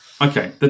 Okay